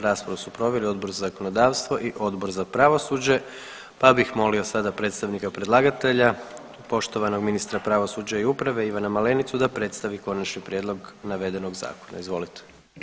Raspravu su proveli Odbor za zakonodavstvo i Odbor za pravosuđe, pa bih molio sada predstavnika predlagatelja poštovanog ministra pravosuđa i uprave Ivana Malenicu da predstavi konačni prijedlog navedenog zakona, izvolite.